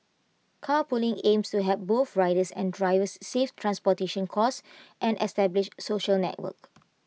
carpooling aims to help both riders and drivers save transportation costs and establish social networks